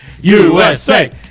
USA